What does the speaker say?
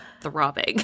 throbbing